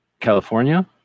California